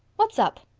what's up?